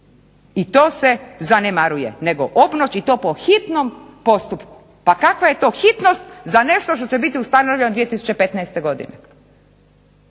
i to se zanemaruje nego obnoć i to po hitnom postupku. Pa kakva je to hitnost za nešto što će biti ustanovljeno 2015. godine.